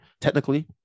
technically